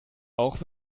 auch